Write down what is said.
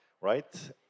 right